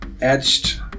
etched